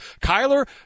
Kyler